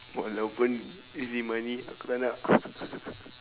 walaupun easy money aku taknak